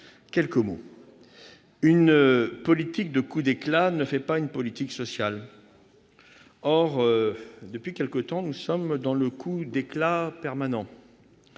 qu'il en soit, une politique de coups d'éclat ne fait pas une politique sociale. Or, depuis quelque temps, nous sommes dans le coup d'éclat permanent